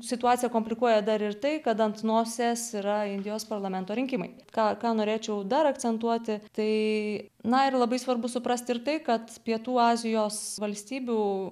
situaciją komplikuoja dar ir tai kad ant nosies yra indijos parlamento rinkimai ką norėčiau dar akcentuoti tai na ir labai svarbu suprasti ir tai kad pietų azijos valstybių